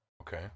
Okay